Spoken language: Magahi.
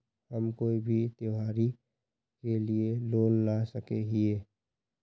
हम कोई भी त्योहारी के लिए लोन ला सके हिये?